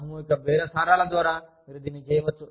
సామూహిక బేరసారాల ద్వారా మీరు దీన్ని చేయవచ్చు